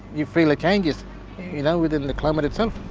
you feel the changes you know within the climate itself.